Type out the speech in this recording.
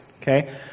okay